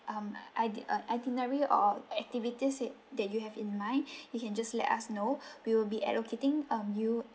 um itin~ uh itinerary or activities it that you have in mind you can just let us know we will be allocating um you